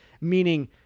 Meaning